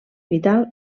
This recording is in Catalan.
vital